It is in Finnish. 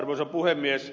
arvoisa puhemies